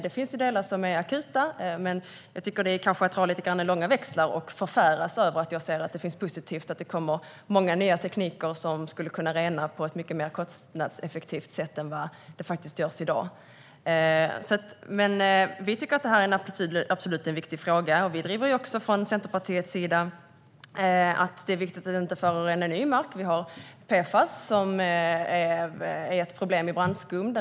Det finns delar som är akuta, men det är kanske att dra lite väl stora växlar att förfäras över att jag säger att det är positivt och att det kommer mycket ny teknik som kan rena på ett mycket mer kostnadseffektivt sätt än i dag. Vi tycker att detta är en viktig fråga. Centerpartiet driver att det är viktigt att inte förorena ny mark. Vi har PFAS, som är ett problem i brandskum.